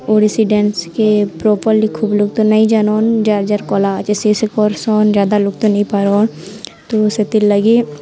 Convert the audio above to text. ଓଡ଼ିଶୀ ଡ୍ୟାନ୍ସକେ ପ୍ରପର୍ଲି ଖୁବ ଲୋକ୍ ତ ନାଇଁ ଜାନନ୍ ଯାର୍ ଯାର୍ କଲା ଅଛେ ସିଏ ସିଏ କରସନ୍ ଯାଦା ଲୋକ୍ ତ ନାଇଁ ପାରନ୍ ତ ସେଥିର୍ଲାଗି